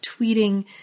Tweeting